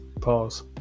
pause